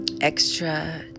extra